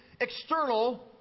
external